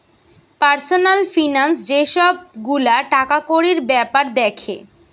personal finance যে সব গুলা টাকাকড়ির বেপার দ্যাখে